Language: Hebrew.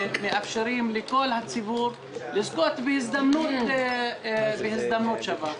ומאפשרים לכל הציבור לזכות בהזדמנות שווה.